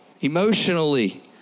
emotionally